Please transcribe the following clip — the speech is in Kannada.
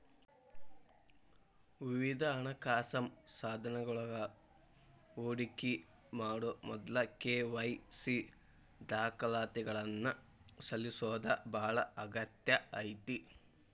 ವಿವಿಧ ಹಣಕಾಸ ಸಾಧನಗಳೊಳಗ ಹೂಡಿಕಿ ಮಾಡೊ ಮೊದ್ಲ ಕೆ.ವಾಯ್.ಸಿ ದಾಖಲಾತಿಗಳನ್ನ ಸಲ್ಲಿಸೋದ ಬಾಳ ಅಗತ್ಯ ಐತಿ